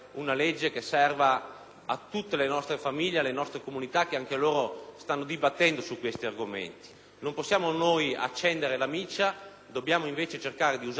a tutte le nostre famiglie e alle comunità, le quali, anche loro, stanno dibattendo su questi argomenti. Non possiamo noi accendere la miccia, dobbiamo invece cercare di usare l'intelligenza e il buonsenso